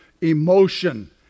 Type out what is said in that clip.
emotion